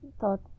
thought